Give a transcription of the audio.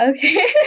Okay